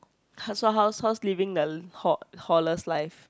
how so how's how's living the hall life